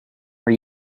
are